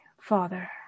Father